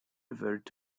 veulent